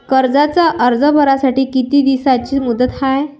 कर्जाचा अर्ज भरासाठी किती दिसाची मुदत हाय?